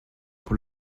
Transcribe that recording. pour